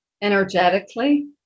energetically